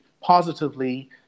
positively